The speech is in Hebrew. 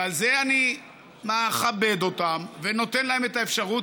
ועל זה אני מכבד אותם ונותן להם את האפשרות,